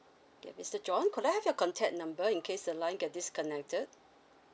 okay mister john could I have your contact number in case the line get disconnected